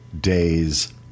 days